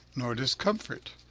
nor discomfort.